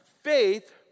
faith